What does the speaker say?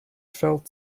felt